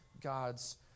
God's